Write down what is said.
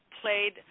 played